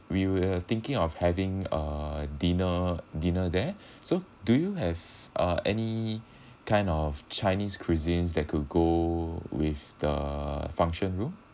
we will thinking of having a dinner dinner there so do you have uh any kind of chinese cuisines that could go with the function room